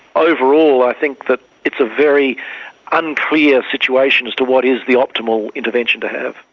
overall i think that it's a very unclear situation as to what is the optimal intervention to have.